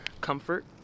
comfort